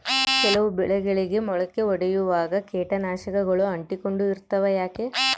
ಕೆಲವು ಬೆಳೆಗಳಿಗೆ ಮೊಳಕೆ ಒಡಿಯುವಾಗ ಕೇಟನಾಶಕಗಳು ಅಂಟಿಕೊಂಡು ಇರ್ತವ ಯಾಕೆ?